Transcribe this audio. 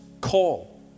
call